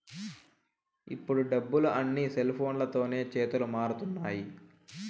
ఇప్పుడు డబ్బులు అన్నీ సెల్ఫోన్లతోనే చేతులు మారుతున్నాయి